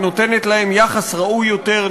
ונותנת להם יחס ראוי יותר,